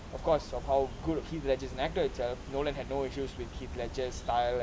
of course of how good heath ledger and actor and nolan had no issues with heath ledger style